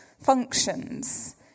functions